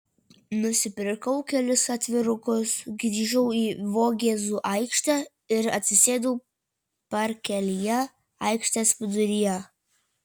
nusipirkau kelis atvirukus grįžau į vogėzų aikštę ir atsisėdau parkelyje aikštės viduryje